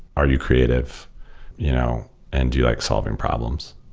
are you creative you know and do you like solving problems?